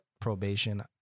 probation